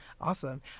Awesome